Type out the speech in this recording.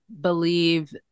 believe